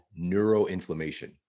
neuroinflammation